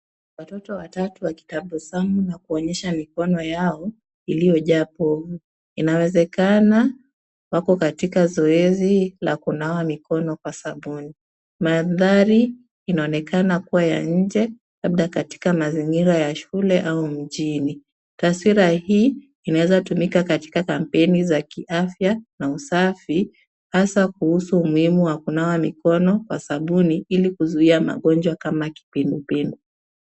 Watoto watatu wakitabasamu na kuonyesha mikono yao iliyojaa pofu. Inawezekana wako katika zoezi la kunawa mikono kwa sabuni. Mandhari inaonekana kuwa ya nje labda katika mazingira ya shule au mjini. Taswira hii inaweza tumika katika kampeni za kiafya na usafi hasa kuhusu umuhimu wa kunawa mikono kwa sabuni ili kuzuia magonjwa kama kipindupindu.